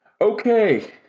Okay